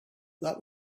that